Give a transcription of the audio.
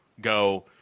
go